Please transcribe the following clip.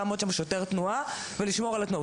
שוטר תנועה לא יכול לעמוד שם ולשמור על התנועה.